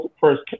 first